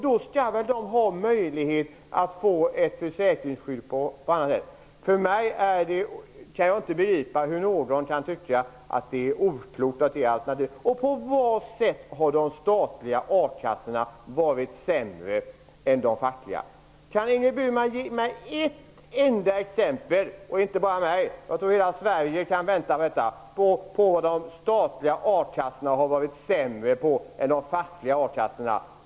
De skall väl ha möjlighet till försäkringsskydd på annat sätt. Jag kan inte begripa att någon kan tycka att det är oklokt. På vilket sätt har de statliga a-kassorna varit sämre än de fackliga? Kan Ingrid Burman ge ett enda exempel - jag tror att inte bara jag utan också alla andra i Sverige väntar på ett sådant besked - på att de statliga a-kassorna varit sämre än de fackliga a-kassorna?